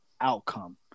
outcome